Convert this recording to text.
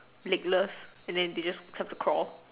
legless and then they just have to crawl